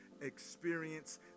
experience